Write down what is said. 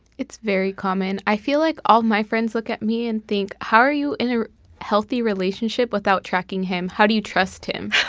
it's very common. i feel like all my friends look at me and think, how are you in a healthy relationship without tracking him? how do you trust him?